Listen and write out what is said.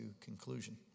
conclusion